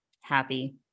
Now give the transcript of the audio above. happy